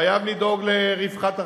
חייב לדאוג לרווחת החיילים,